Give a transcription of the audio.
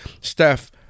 Steph